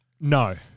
no